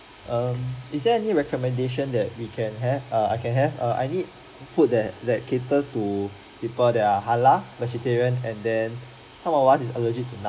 um is there any recommendation that we can have err I can have err I need food that that caters to people there are halal vegetarian and then some of us is allergic to nut